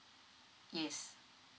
yes